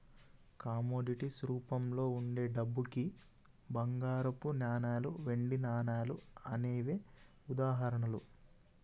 commodities రూపంలో వుండే డబ్బుకి బంగారపు నాణాలు, వెండి నాణాలు అనేవే ఉదాహరణలు